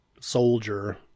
soldier